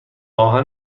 آهن